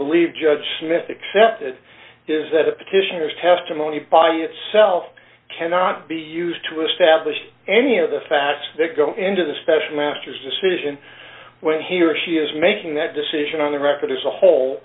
believe judge smith accepted is that the petitioners testimony by itself cannot be used to establish any of the fast that go into the special master's decision when he or she is making that decision on the record as a whole